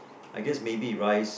I guess maybe rice